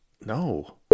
No